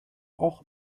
auch